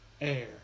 air